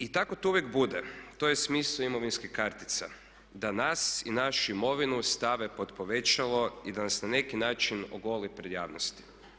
I tako to uvijek bude, to je smisao imovinskih kartica da nas i našu imovinu stave pod povećalo i da nas na neki način ogole pred javnosti.